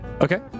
Okay